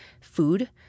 food